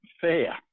fair